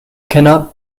cannot